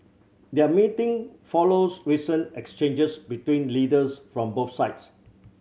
their meeting follows recent exchanges between leaders from both sides